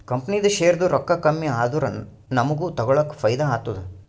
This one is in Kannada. ಕಂಪನಿದು ಶೇರ್ದು ರೊಕ್ಕಾ ಕಮ್ಮಿ ಆದೂರ ನಮುಗ್ಗ ತಗೊಳಕ್ ಫೈದಾ ಆತ್ತುದ